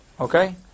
okay